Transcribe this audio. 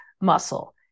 muscle